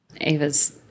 Ava's